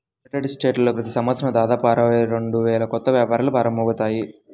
United స్టేట్స్లో ప్రతి సంవత్సరం దాదాపు అరవై రెండు వేల కొత్త వ్యాపారాలు ప్రారంభమవుతాయి